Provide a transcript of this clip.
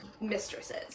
mistresses